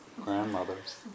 grandmothers